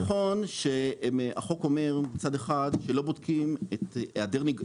זה נכון שהחוק אומר מצד אחד שלא בודקים את היעדר,